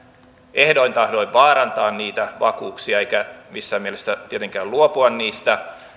ehdoin tahdoin vaarantaa niitä vakuuksia eikä missään mielessä tietenkään luopua niistä